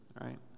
right